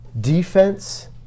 defense